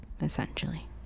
essentially